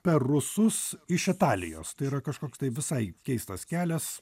per rusus iš italijos tai yra kažkoks visai keistas kelias